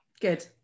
good